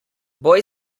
boj